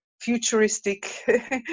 futuristic